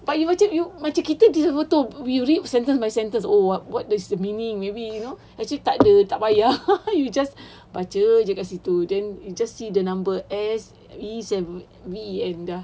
but you baca macam kita betul we read sentence by sentence what's the meaning maybe you know tak ada tak payah you just baca jer kat situ you just see the number the S the E and V and dah